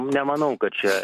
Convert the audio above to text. nemanau kad čia